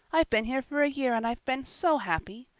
i've been here for a year and i've been so happy.